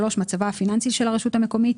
מצבה הפיננסי של הרשות המקומית.